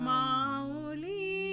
Mauli